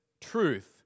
truth